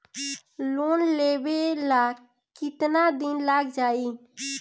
Loan लेबे ला कितना दिन लाग जाई?